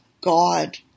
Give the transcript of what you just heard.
God